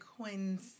coins